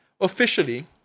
officially